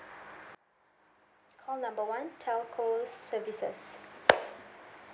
call number one telco services